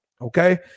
okay